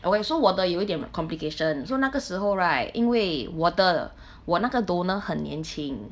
okay so 我的有一点 complication so 那个时候 right 因为我的我那个 donor 很年轻